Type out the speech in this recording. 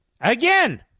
Again